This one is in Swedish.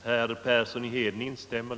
Herr talman!